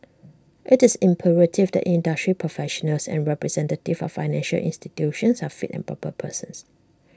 IT is imperative that industry professionals and representatives of financial institutions are fit and proper persons